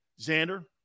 Xander